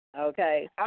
Okay